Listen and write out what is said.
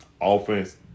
Offense